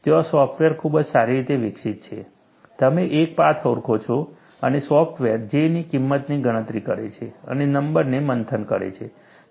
ત્યાં સોફ્ટવેર ખૂબ જ સારી રીતે વિકસિત છે તમે એક પાથ ઓળખો છો અને સોફ્ટવેર J ની કિંમતની ગણતરી કરે છે અને નંબરને મંથન કરે છે